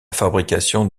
fabrication